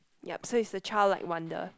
ya so it's a childlike wonder